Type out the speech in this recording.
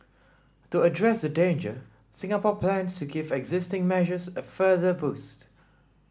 to address the danger Singapore plans to give existing measures a further boost